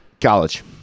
College